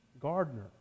gardener